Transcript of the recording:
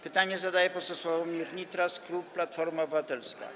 Pytanie zadaje poseł Sławomir Nitras, klub Platforma Obywatelska.